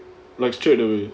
like straight away